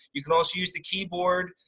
you can also use the keyboard,